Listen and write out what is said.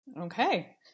Okay